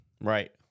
Right